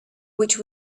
which